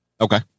Okay